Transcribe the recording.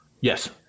Yes